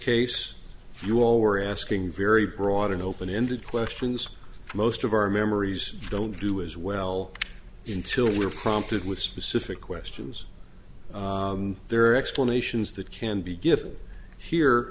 case you all were asking very broad and open ended questions most of our memories don't do as well intill were prompted with specific questions there are explanations that can be given here